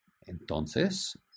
entonces